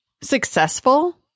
successful